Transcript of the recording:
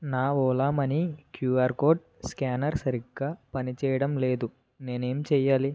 నా Ola money QR code scanner సరిగ్గా పనిచేయడం లేదు నేను ఏమి చేయాలి